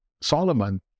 Solomon